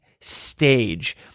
stage